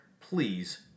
please